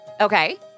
Okay